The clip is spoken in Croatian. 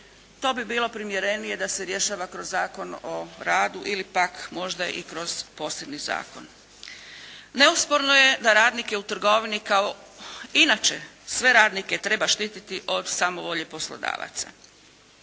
to bi bilo primjerenije da se rješava kroz Zakon o radu ili pak možda i kroz posebni zakon. Neosporno je da radnike u trgovini kao inače sve radnike treba štititi od samovolje poslodavaca.